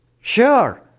Sure